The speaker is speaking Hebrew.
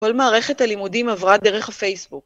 כל מערכת הלימודים עברה דרך הפייסבוק.